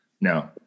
No